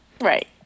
Right